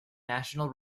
national